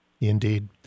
Indeed